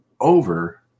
over